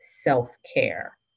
self-care